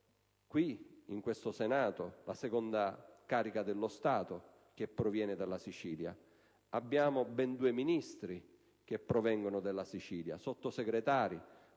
siciliani. Nel Senato vi è la seconda carica dello Stato che proviene dalla Sicilia; abbiamo ben due Ministri che provengono dalla Sicilia, oltre a